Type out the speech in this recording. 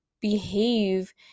behave